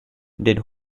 did